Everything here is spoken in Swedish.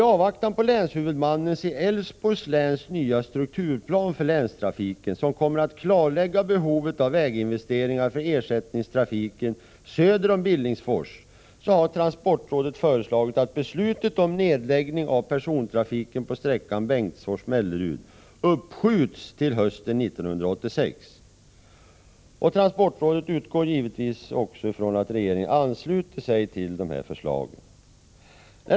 I avvaktan på länshuvudmannens i Älvsborgs län nya strukturplan för länstrafiken, som kommer att klarlägga behovet av väginvesteringar för ersättningstrafiken söder om Billingsfors, har transportrådet föreslagit att beslutet om nedläggning av persontrafiken på sträckan Bengtsfors-Mellerud uppskjuts till hösten 1986. Transportrådet utgår givetvis också från att regeringen ansluter sig till dessa förslag.